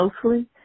closely